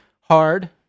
hard